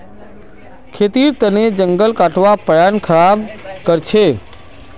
खेतीर तने जंगल काटना पर्यावरण ख़राब कर छे